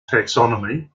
taxonomy